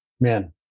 Man